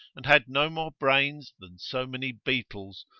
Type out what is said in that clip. and had no more brains than so many beetles,